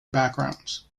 backgrounds